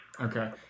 Okay